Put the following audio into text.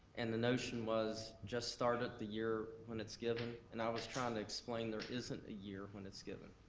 and the notion was, just start it the year when it's given. and i was trying to explain, there isn't a year when it's given.